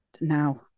Now